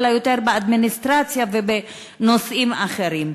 אלא יותר באדמיניסטרציה ובנושאים אחרים.